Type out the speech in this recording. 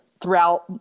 throughout